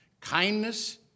kindness